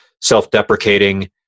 self-deprecating